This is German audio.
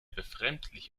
befremdlich